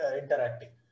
interacting